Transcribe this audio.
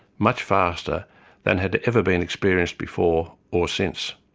much faster than had ever been experienced before or since.